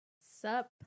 Sup